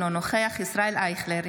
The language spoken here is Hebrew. אינו נוכח ישראל אייכלר,